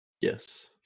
Yes